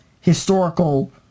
historical